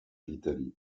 l’italie